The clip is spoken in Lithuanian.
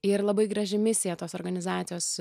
ir labai graži misija tos organizacijos